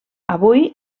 avui